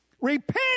Repent